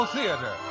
Theater